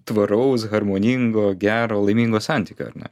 tvaraus harmoningo gero laimingo santykio ar ne